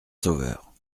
sauveur